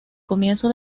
comienzo